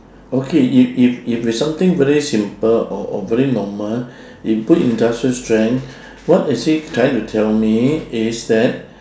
okay if if if it's something very simple or or very normal you put industrial strength what is he trying to tell me is that